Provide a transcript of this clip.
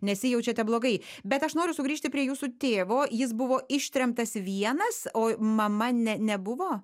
nesijaučiate blogai bet aš noriu sugrįžti prie jūsų tėvo jis buvo ištremtas vienas o mama ne nebuvo